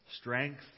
Strength